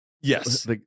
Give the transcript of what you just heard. Yes